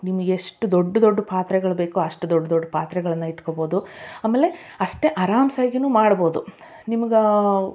ನಿಮ್ಗೆ ಎಷ್ಟು ದೊಡ್ಡ ದೊಡ್ಡ ಪಾತ್ರೆಗಳು ಬೇಕೋ ಅಷ್ಟು ದೊಡ್ಡ ದೊಡ್ಡ ಪಾತ್ರೆಗಳನ್ನು ಇಟ್ಕೊಬೋದು ಆಮೇಲೆ ಅಷ್ಟೇ ಅರಾಮ ಆಗಿಯೂ ಮಾಡ್ಬೋದು ನಿಮ್ಗೆ